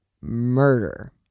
murder